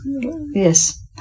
yes